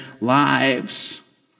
lives